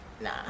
Nah